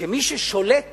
שמי ששולט